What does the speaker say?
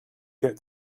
get